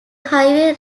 highway